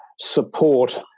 support